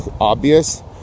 obvious